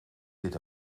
dit